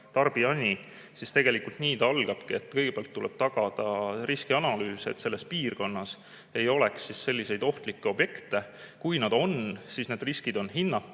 tarbijani, siis tegelikult nii ta algabki, et kõigepealt tuleb tagada riskianalüüs, et selles piirkonnas ei oleks selliseid ohtlikke objekte. Kui neid on, siis need riskid on hinnatud,